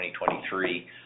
2023